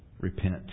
Repent